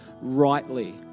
rightly